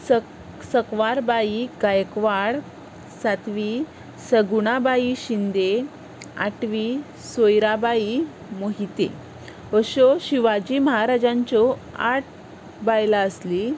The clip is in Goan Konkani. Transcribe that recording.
सक सकवारबाई गायकवाड सातवी सगुणाबाई शिंदे आठवी सोयराबाई मोहिते अश्यो शिवाजी महाराजांच्यो आठ बायलां आसलीं